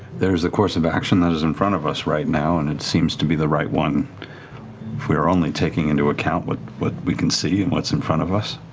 there's a course of action that is in front of us right now and it seems to be the right one. if we're only taking into account what what we can see and what's in front of us